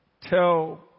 tell